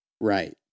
Right